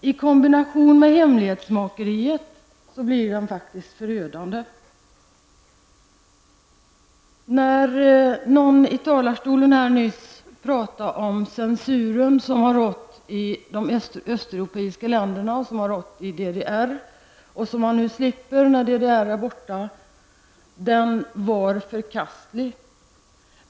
I kombination med hemlighetsmakeriet är den faktiskt förödande. Det talades nyss om att den censur som har rått i de östeuropeiska länderna och i DDR var förkastlig.